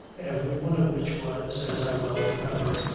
every one of which was, as i well remember,